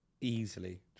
easily